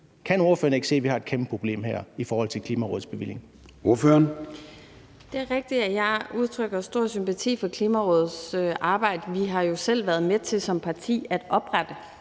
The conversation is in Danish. Kan ordføreren ikke se, at vi har et kæmpe problem her i forhold til Klimarådets bevilling?